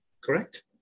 correct